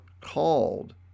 called